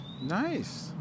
Nice